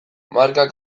markak